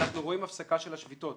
אנחנו רואים הפסקה של השביתות.